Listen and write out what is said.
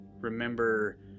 remember